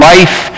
Life